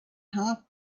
half